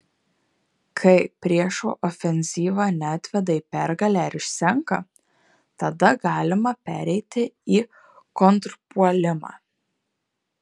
kai priešo ofenzyva neatveda į pergalę ir išsenka tada galima pereiti į kontrpuolimą